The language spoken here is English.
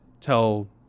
tell